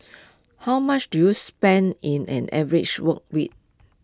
how much do you spend in an average work week